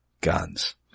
guns